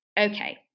Okay